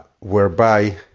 whereby